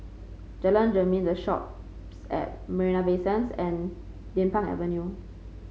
Jalan Jermin The Shoppes at Marina Bay Sands and Din Pang Avenue